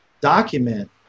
document